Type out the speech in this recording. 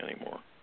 anymore